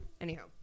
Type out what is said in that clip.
Anyhow